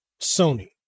Sony